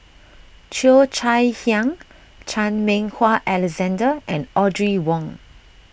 Cheo Chai Hiang Chan Meng Wah Alexander and Audrey Wong